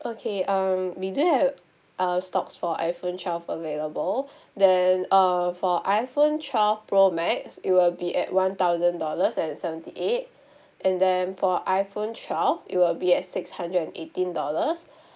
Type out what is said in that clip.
okay um we do have uh stocks for iPhone twelve available then uh for iPhone twelve pro max it will be at one thousand dollars and seventy eight and then for iPhone twelve it will be at six hundred and eighteen dollars